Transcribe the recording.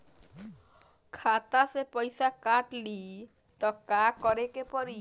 खाता से पैसा काट ली त का करे के पड़ी?